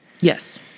Yes